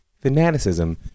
fanaticism